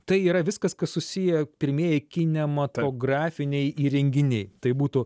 tai yra viskas kas susiję pirmieji kinematografiniai įrenginiai tai būtų